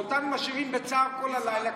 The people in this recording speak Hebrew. ואותנו משאירים בצער כל הלילה.